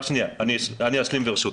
רק שנייה, אני אשלים, ברשותך.